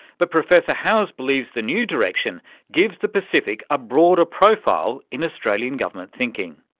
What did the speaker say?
but professor howes believes the new direction gives the pacific a broader profile in australian government thinking.